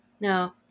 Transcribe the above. no